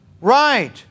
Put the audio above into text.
Right